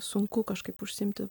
sunku kažkaip užsiimti